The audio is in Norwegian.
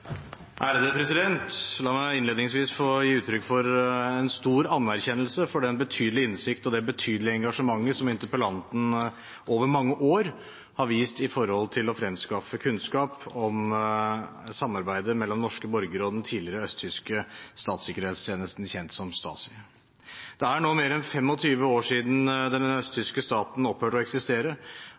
La meg innledningsvis få gi uttrykk for en stor anerkjennelse for den betydelige innsikten og det betydelige engasjementet som interpellanten over mange år har vist når det gjelder å fremskaffe kunnskap om samarbeidet mellom norske borgere og den tidligere østtyske statssikkerhetstjenesten, kjent som Stasi. Det er nå mer enn 25 år siden den østtyske staten opphørte å eksistere.